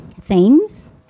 themes